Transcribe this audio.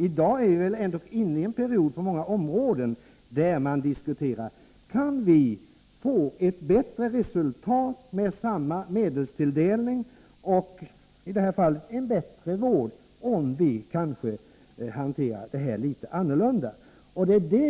I dag är vi ändå inne i en period på många områden där vi diskuterar om det går att få bättre resultat med samma medelstilldelning och i det här fallet en bättre vård om vi hanterar frågan litet annorlunda.